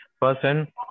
person